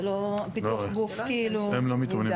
פיתוח גוף זה לא...